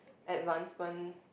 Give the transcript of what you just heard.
advancement